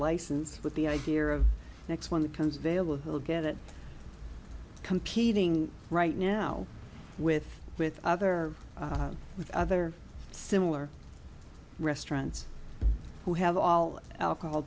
license with the idea of the next one that comes available will get it competing right now with with other with other similar restaurants who have all alcohol